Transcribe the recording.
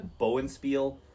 Bowenspiel